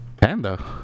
Panda